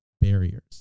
barriers